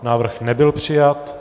Návrh nebyl přijat.